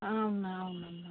అవును అవునమ్మా